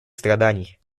страданий